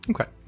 Okay